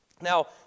Now